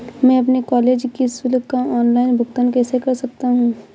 मैं अपने कॉलेज की शुल्क का ऑनलाइन भुगतान कैसे कर सकता हूँ?